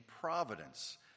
providence